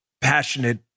passionate